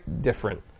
different